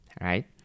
right